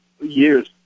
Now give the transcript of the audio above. years